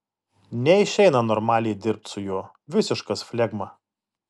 neišeina normaliai dirbt su juo visiškas flegma